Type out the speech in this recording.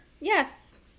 Yes